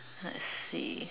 let's see